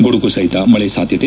ಗುಡುಗುಸಹಿತ ಮಳೆ ಸಾಧ್ಯತೆ